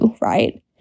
right